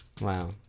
Wow